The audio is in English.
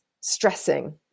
stressing